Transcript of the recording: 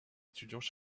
étudiants